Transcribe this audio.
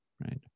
right